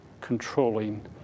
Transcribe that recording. controlling